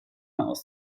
aus